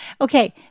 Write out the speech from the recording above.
Okay